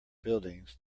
buildings